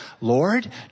Lord